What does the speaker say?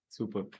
Super